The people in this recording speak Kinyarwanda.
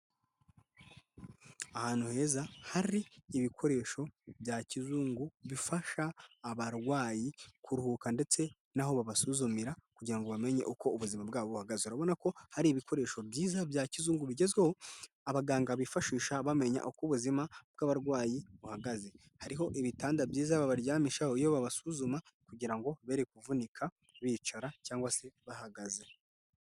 Ahantu heza hari ibikoresho bya kizungu bifasha abarwayi kuruhuka ndetse n'aho babasuzumira kugira ngo bamenye uko ubuzima bwabo buhagaze. Urabona ko hari ibikoresho byiza bya kizungu bigezweho abaganga bifashisha bamenya uko ubuzima bw'abarwayi buhagaze. Hariho ibitanda byiza babaryamishaho iyo babasuzuma kugira ngo bere kuvunika bicara cyangwa se bahagaze.